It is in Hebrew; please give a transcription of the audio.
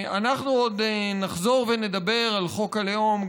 אנחנו עוד נחזור ונדבר על חוק הלאום,